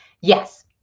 yes